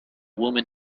woman